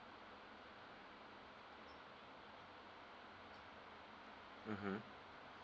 mmhmm